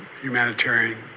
humanitarian